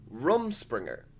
Rumspringer